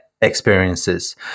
experiences